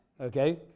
okay